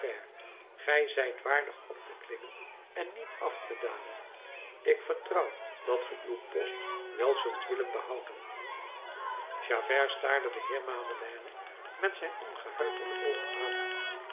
gij zijt waardig op te klimmen en niet af te dalen ik vertrouw dat ge uw post wel zult willen behouden javert staarde den heer madeleine met zijn ongehuichelde oogen aan